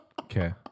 Okay